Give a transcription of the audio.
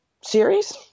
series